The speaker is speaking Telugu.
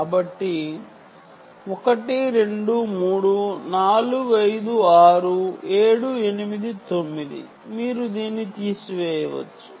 కాబట్టి 1 2 3 4 5 6 7 8 9 మీరు దీన్ని తీసివేయవచ్చు